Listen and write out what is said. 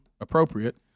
appropriate